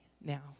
now